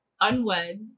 unwed